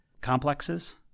complexes